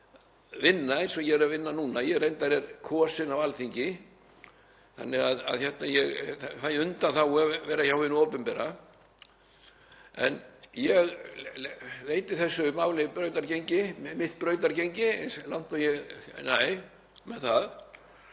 vinna eins og ég er að vinna núna. Ég reyndar er kosinn á Alþingi þannig að ég fæ undanþágu að vera hjá hinu opinbera. Ég veiti þessu máli mitt brautargengi eins langt og ég næ með það